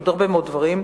ועוד הרבה מאוד דברים.